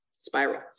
spiral